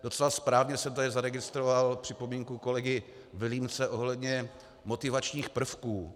Docela správně jsem tady zaregistroval připomínku kolegy Vilímce ohledně motivačních prvků.